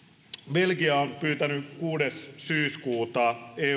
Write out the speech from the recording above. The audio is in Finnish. belgia on pyytänyt kuudes syyskuuta